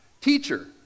Teacher